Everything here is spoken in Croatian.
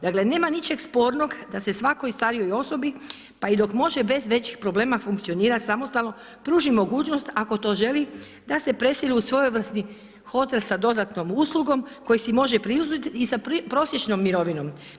Dakle, nema ničeg spornog da se svakoj starijoj osobi pa i dok može bez većih problema funkcionirati samostalno pruži mogućnost ako to želi da se preseli u svojevrsni hotel sa dodatnom uslugom koji si može priuštiti i sa prosječnom mirovinom.